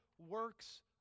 works